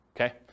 Okay